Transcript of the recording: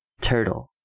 turtle